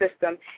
system